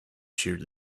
sheared